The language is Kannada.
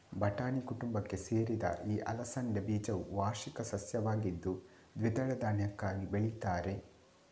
ಬಟಾಣಿ ಕುಟುಂಬಕ್ಕೆ ಸೇರಿದ ಈ ಅಲಸಂಡೆ ಬೀಜವು ವಾರ್ಷಿಕ ಸಸ್ಯವಾಗಿದ್ದು ದ್ವಿದಳ ಧಾನ್ಯಕ್ಕಾಗಿ ಬೆಳೀತಾರೆ